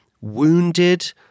wounded